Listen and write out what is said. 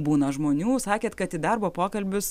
būna žmonių sakėt kad į darbo pokalbius